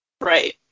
Right